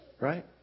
Right